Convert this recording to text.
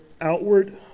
outward